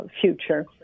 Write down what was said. future